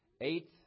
Eighth